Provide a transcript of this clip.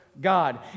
God